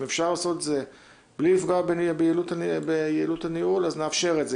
אם אפשר לעשות את זה ביעילות הניהול אז נאפשר את זה,